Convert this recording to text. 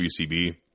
WCB